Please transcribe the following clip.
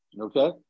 okay